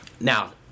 Now